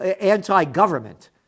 anti-government